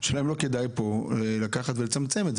אולי כדאי לצמצם את זה?